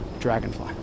dragonfly